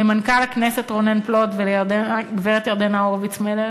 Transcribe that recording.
למנכ"ל הכנסת רונן פלוט, לגברת ירדנה הורוביץ-מלר